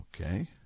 Okay